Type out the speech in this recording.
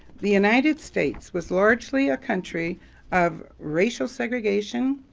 the united states was largely a country of racial segregation,